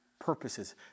purposes